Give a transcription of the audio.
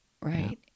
Right